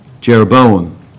Jeroboam